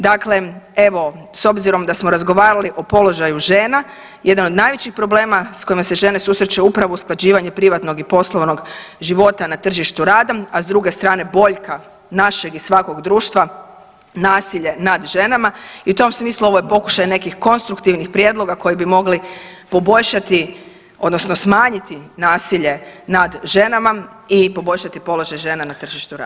Dakle, evo s obzirom da smo razgovarali o položaju žena jedan od najvećih problema s kojima se žene susreću je upravo usklađivanje privatnog i poslovnog života na tržištu rada, a s druge strane boljka našeg i svakog društva nasilje nad ženama i u tom smislu ovo je pokušaj nekih konstruktivnih prijedloga koji bi mogli poboljšati odnosno smanjiti nasilje nad ženama i poboljšati položaj žena na tržištu rada.